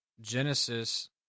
Genesis